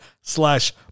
slash